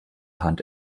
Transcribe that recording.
hand